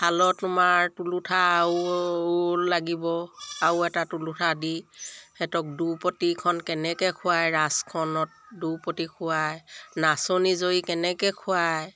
শালত তোমাৰ তুলুঠা আৰু লাগিব আৰু এটা তুলুঠা দি সিহঁতক দুৰপতিখন কেনেকৈ খুৱায় ৰাছখনত দুপতি খোৱায় নাচনী জৰি কেনেকৈ খুৱায়